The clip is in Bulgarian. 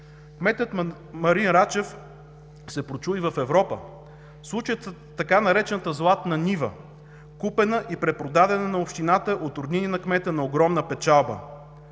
Кметът Марин Рачев се прочу и в Европа. Случаят е с така наречената „златна нива“, купена и препродадена на общината от роднини на кмета на огромна печалба.